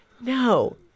No